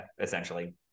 essentially